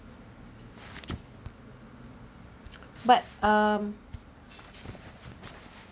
but um